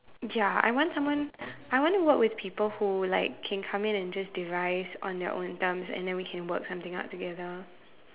ya I want someone I want to work with people who like can come in and just derive on their own terms and then we can work something out together